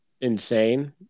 insane